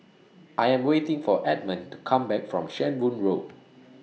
I Am waiting For Edmond to Come Back from Shenvood Road